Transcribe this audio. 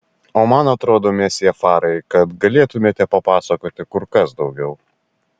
o man atrodo mesjė farai kad galėtumėte papasakoti kur kas daugiau